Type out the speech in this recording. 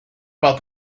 about